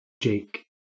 Jake